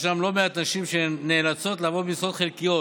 יש לא מעט נשים שנאלצות לעבוד במשרות חלקיות,